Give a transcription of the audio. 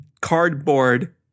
cardboard